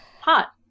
hot